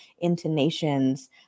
Intonations